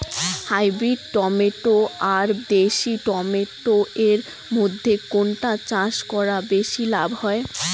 Hybrid tomato আর দেশি tomato এর মইধ্যে কোনটা চাষ করা বেশি লাভ হয়?